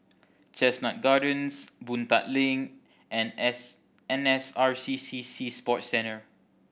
Chestnut Gardens Boon Tat Link and S N S R C C Sea Sports Centre